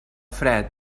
fred